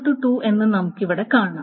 n 2 എന്ന് നമുക്ക് ഇവിടെ കാണാം